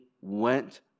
went